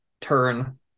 turn